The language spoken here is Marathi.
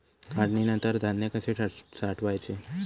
काढणीनंतर धान्य कसे साठवायचे?